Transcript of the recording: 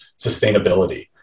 sustainability